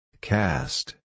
Cast